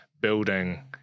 building